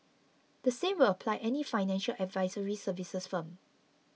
the same will apply any financial advisory services firm